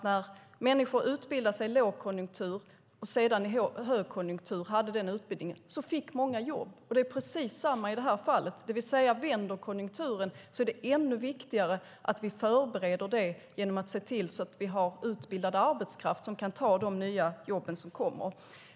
När människor utbildade sig under lågkonjunktur och sedan hade utbildning när det blev högkonjunktur var det många som fick jobb. Det är precis likadant i det här fallet. Om konjunkturen vänder är det ännu viktigare att vi förbereder oss och ser till att ha utbildad arbetskraft som kan ta de nya jobb som kommer.